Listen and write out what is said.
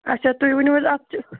اَچھا تُہۍ ؤنو حظ اکھ چیٖز